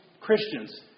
Christians